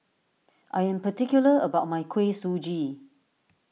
I am particular about my Kuih Suji